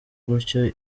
gutyo